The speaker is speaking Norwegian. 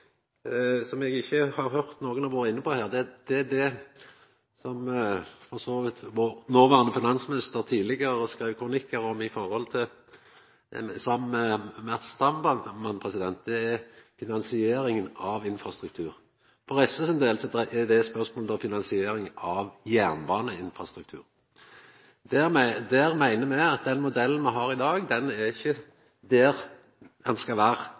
Det eg vil trekkja opp som ei problemstilling, som eg ikkje har høyrt at nokon har vore inne på her, er det som noverande finansminister tidlegare skreiv kronikkar om, saman med Matz Sandman, og det gjaldt finansieringa av infrastruktur. For SV sin del er det eit spørsmål om finansiering av jernbaneinfrastruktur. Me meiner at den modellen som me har i dag, ikkje er der han skal